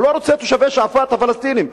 הוא לא רוצה את תושבי שועפאט הפלסטינים,